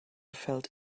felt